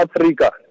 Africa